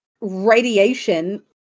radiation